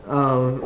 uh